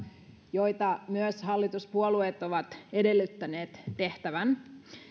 joita myös hallituspuolueet ovat edellyttäneet tehtävän